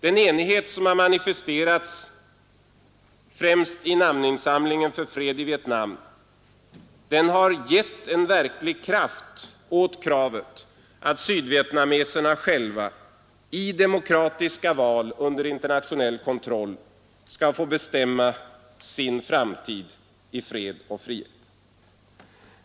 Den enighet som har manifesterats främst i namninsamlingen för fred i Vietnam har gett verklig kraft åt kravet att sydvietnameserna själva i demokratiska val under internationell kontroll skall få bestämma över sin framtid i fred och frihet.